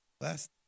last